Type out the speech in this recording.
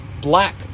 black